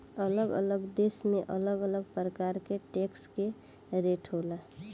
अलग अलग देश में अलग अलग प्रकार के टैक्स के रेट होला